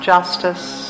Justice